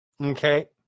Okay